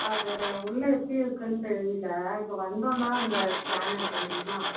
அது உள்ளே எப்படி இருக்குதுன்னு தெரியல இப்போ வந்தோம்னா அங்கே ஸ்கேன் எடுக்கமுடியுமா